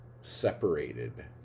Separated